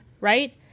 right